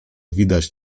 widać